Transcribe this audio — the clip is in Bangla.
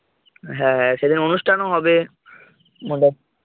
হ্যাঁ সে দিন অনুষ্ঠানও হবে